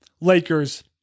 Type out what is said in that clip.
Lakers